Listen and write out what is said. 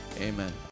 Amen